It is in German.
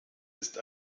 ist